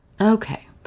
Okay